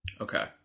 Okay